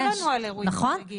אז שידווחו לנו על אירועים חריגים.